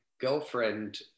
girlfriend